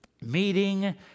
meeting